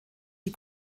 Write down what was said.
die